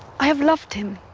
i have loved him.